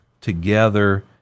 together